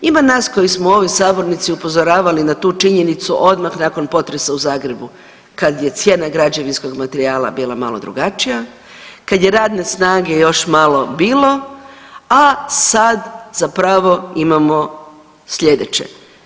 Ima nas koji smo u ovoj sabornici upozoravali na tu činjenicu odmah nakon potresa u Zagrebu kad je cijena građevinskog materijala bila malo drugačija, kad je radne snage još malo bilo, a sad zapravo imamo slijedeće.